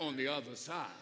on the other side